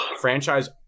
franchise